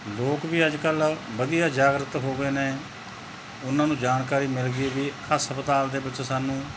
ਲੋਕ ਵੀ ਅੱਜ ਕੱਲ੍ਹ ਵਧੀਆ ਜਾਗਰੂਕ ਹੋ ਗਏ ਨੇ ਉਹਨਾਂ ਨੂੰ ਜਾਣਕਾਰੀ ਮਿਲ ਗਈ ਵੀ ਹਸਪਤਾਲ ਦੇ ਵਿੱਚ ਸਾਨੂੰ